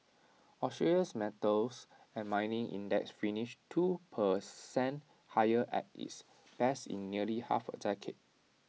Australia's metals and mining index finished two per cent higher at its best in nearly half A decade